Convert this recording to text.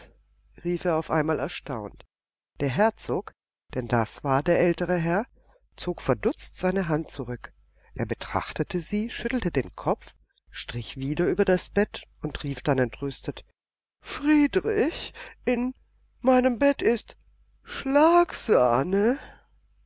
rief er auf einmal erstaunt der herzog denn das war der ältere herr zog verdutzt seine hand zurück er betrachtete sie schüttelte den kopf strich wieder über das bett und rief dann entrüstet friedrich in meinem bett ist schlagsahne